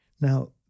Now